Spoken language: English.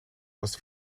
was